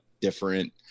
different